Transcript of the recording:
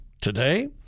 today